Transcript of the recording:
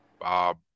Bob